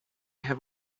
have